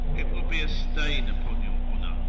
it will be a stain upon your honour.